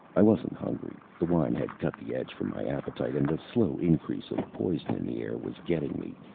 i wasn't hungry. the wine had cut the edge from my appetite, and the slow increase of poison in the air was getting me,